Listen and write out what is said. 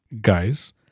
Guys